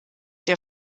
der